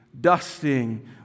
dusting